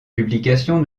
publications